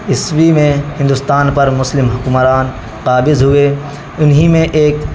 عیسوی میں ہندوستان پر مسلم حکمران قابض ہوئے انہی میں ایک